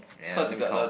ya let me count